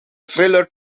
thriller